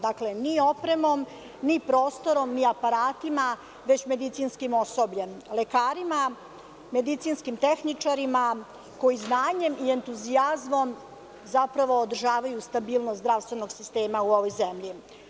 Dakle, niti opremom, niti prostorom, ni aparatima, već medicinskim osobljem, lekarima, medicinskim tehničarima koji znanjem i entuzijazmom zapravo održavaju stabilnost zdravstvenog sistema u ovoj zemlji.